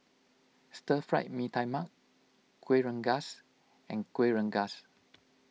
Stir Fried Mee Tai Mak Kuih Rengas and Kuih Rengas